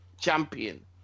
champion